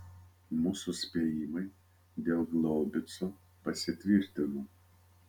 mūsų spėjimai dėl glaubico pasitvirtino